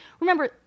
Remember